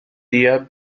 día